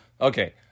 okay